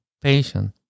patient